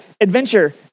adventure